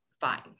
fine